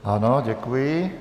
Ano, děkuji.